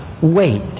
Wait